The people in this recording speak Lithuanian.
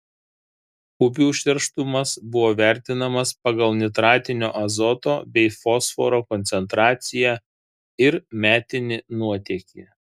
upių užterštumas buvo vertinamas pagal nitratinio azoto bei fosforo koncentraciją ir metinį nuotėkį